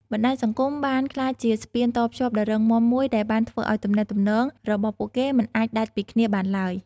បណ្ដាញសង្គមបានក្លាយជាស្ពានតភ្ជាប់ដ៏រឹងមាំមួយដែលបានធ្វើឲ្យទំនាក់ទំនងរបស់ពួកគេមិនអាចដាច់ពីគ្នាបានឡើយ។